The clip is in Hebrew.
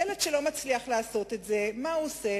ילד שלא מצליח לעשות את זה, מה הוא עושה?